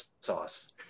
sauce